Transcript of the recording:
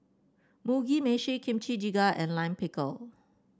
Mugi Meshi Kimchi Jjigae and Lime Pickle